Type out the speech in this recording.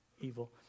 Evil